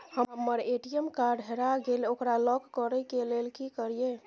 हमर ATM card हेरा गेल ओकरा लॉक करै के लेल की करियै?